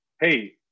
hey